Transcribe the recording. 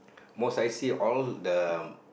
most I see all the